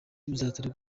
bizaterwa